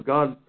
God